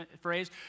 phrase